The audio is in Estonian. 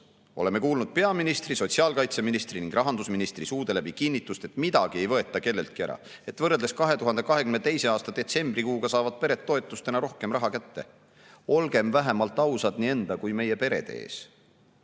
Oleme kuulnud peaministri, sotsiaalkaitseministri ning rahandusministri suude läbi kinnitust, et midagi ei võeta kelleltki ära, et võrreldes 2022. aasta detsembrikuuga saavad pered toetustena rohkem raha kätte. Olgem vähemalt ausad nii enda kui ka meie perede ees!